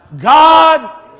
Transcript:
God